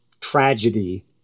tragedy